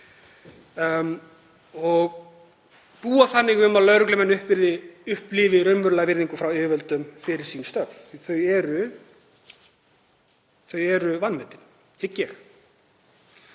og búa þannig um að lögreglumenn upplifi raunverulega virðingu frá yfirvöldum fyrir störf sín því þau eru vanmetin, hygg ég,